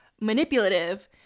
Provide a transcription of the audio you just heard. manipulative